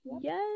Yes